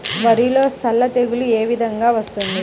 వరిలో సల్ల తెగులు ఏ విధంగా వస్తుంది?